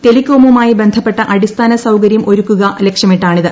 ടെലികോമുമായി ബന്ധപ്പെട്ട അടിസ്ഥാന സൌകര്യം ഒരുക്കുക ലക്ഷ്യമിട്ടാണിത്